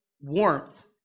warmth